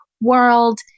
world